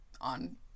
on